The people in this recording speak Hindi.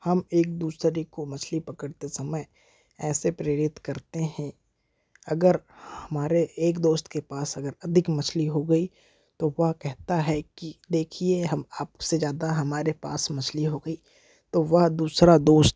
हम एक दूसरे को मछली पकड़ते समय ऐसे प्रेरित करते हैं अगर हमारे एक दोस्त के पास अगर अधिक मछली हो गई तो वह कहता है कि देखिए हम आपसे ज़्यादा हमारे पास मछली हो गई तो वह दूसरा दोस्त